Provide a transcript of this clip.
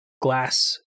glass